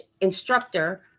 instructor